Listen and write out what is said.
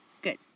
good